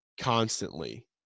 constantly